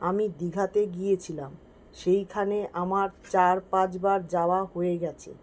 আমি দীঘাতে গিয়েছিলাম সেইখানে আমার চার পাঁচ বার যাওয়া হয়ে গেছে